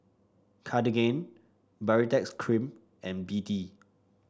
Cartigain Baritex Cream and B D